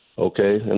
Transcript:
Okay